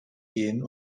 gehen